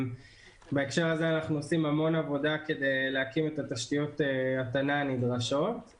בהקשר הזה אנחנו עושים המון עבודה כדי להקים את תשתיות ההטענה הנדרשות.